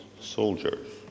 soldiers